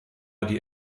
die